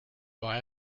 why